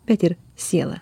bet ir siela